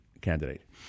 candidate